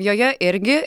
joje irgi